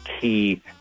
key